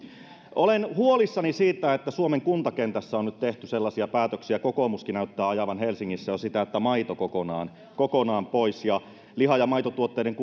olen huolissani siitä että suomen kuntakentässä on nyt tehty sellaisia päätöksiä kokoomuskin näyttää ajavan helsingissä jo sitä että maito kokonaan kokonaan pois ja liha ja maitotuotteiden